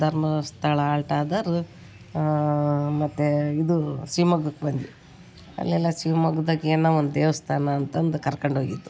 ಧರ್ಮಸ್ಥಳ ಆಳ್ಟ್ ಆದರೆ ಮತ್ತು ಇದು ಶಿಮೊಗ್ಗಕ್ ಬಂದ್ವಿ ಅಲ್ಲೆಲ್ಲ ಶಿವ್ಮೋಗ್ದಾಗೆ ಏನೋ ಒಂದು ದೇವಸ್ಥಾನ ಅಂತಂದು ಕರ್ಕೊಂಡ್ ಹೋಗಿದ್ರ್